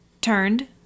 Turned